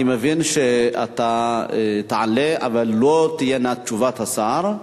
אני מבין שאתה תעלה, אבל לא תהיה תשובת השר.